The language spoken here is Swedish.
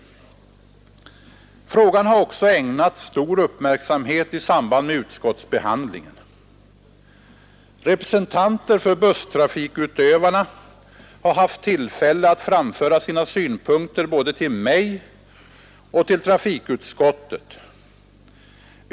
Frågan har också ägnats stor uppmärksamhet i samband med utskottsbehandlingen. Representanter för busstrafikutövarna har haft tillfälle att framföra sina synpunkter både till mig och till trafikutskottet.